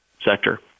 sector